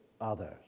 others